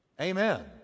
amen